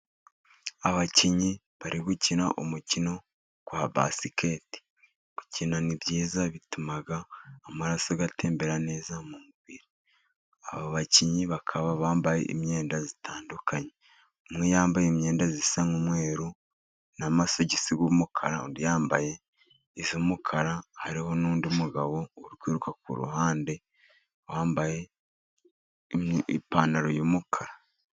Abakinnyi bari gukina umukino wa basikete, gukina ni byiza bituma amaraso atembera neza mu mubiri, ab'abakinnyi bakaba bambaye imyenda itandukanye, umwe yambaye imyenda isa n'umweru n'amasogisi y'umukara, undi yambaye iy'umukara, hariho n'undi mugabo uri kwiruka kuruhande wambaye ipantaro y'umukara.